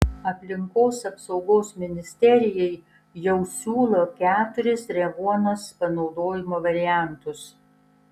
aplinkos apsaugos ministerijai jau siūlo keturis revuonos panaudojimo variantus